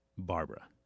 Barbara